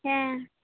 ᱦᱮᱸ